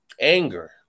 anger